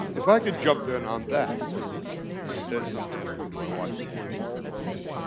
if i can jump in on that in asking do i watch sportscenter and all that.